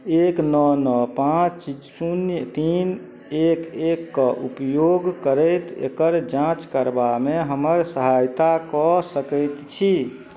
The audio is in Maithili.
एक नओ नओ पाँच शून्य तीन एक एकके उपयोग करैत एकर जाँच करबामे हमर सहायता कऽ सकै छी